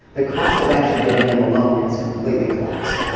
the cost of actually getting them a loan has completely collapsed. yeah